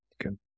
Good